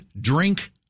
drink